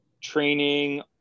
training